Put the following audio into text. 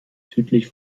südlich